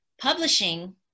Publishing